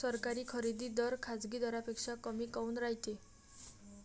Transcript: सरकारी खरेदी दर खाजगी दरापेक्षा कमी काऊन रायते?